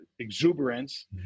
exuberance